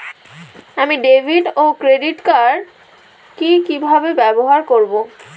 আমি ডেভিড ও credit card কি কিভাবে ব্যবহার করব?